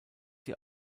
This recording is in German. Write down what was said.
sie